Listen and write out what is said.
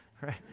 right